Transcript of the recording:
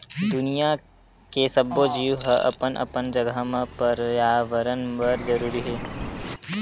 दुनिया के सब्बो जीव ह अपन अपन जघा म परयाबरन बर जरूरी हे